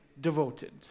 Devoted